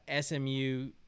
SMU